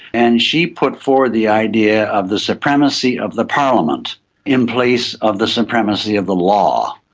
and she put forward the idea of the supremacy of the parliament in place of the supremacy of the law,